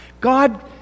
God